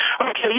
Okay